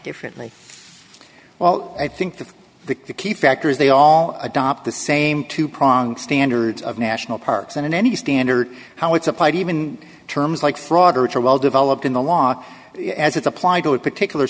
differently well i think the key factor is they all adopt the same two prong standards of national parks and in any standard how it's applied even terms like fraud which are well developed in the law as it's applied to a particular